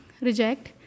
reject